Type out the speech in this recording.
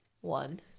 one